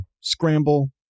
scramble